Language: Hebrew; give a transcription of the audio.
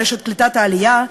רשת קליטת העלייה,